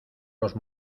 los